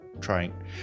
trying